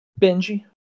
Benji